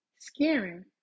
scaring